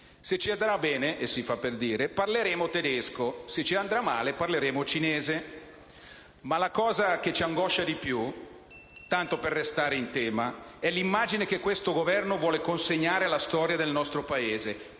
e si fa per dire - parleremo tedesco, se ci andrà male, parleremo cinese. Ma la cosa che ci angoscia di più, tanto per restare in tema, è l'immagine che questo Governo vuole consegnare alla storia del nostro Paese,